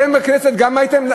אתם בכנסת גם הייתם,